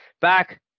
Back